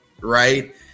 right